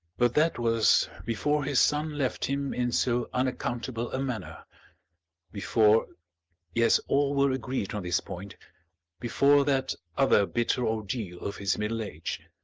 but that was before his son left him in so unaccountable a manner before yes, all were agreed on this point before that other bitter ordeal of his middle age,